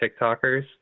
TikTokers